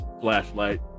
flashlight